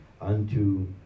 unto